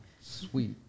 sweet